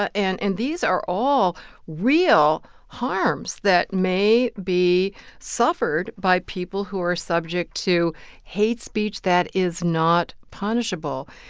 ah and and these are all real harms that may be suffered by people who are subject to hate speech that is not punishable.